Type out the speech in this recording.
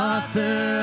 Author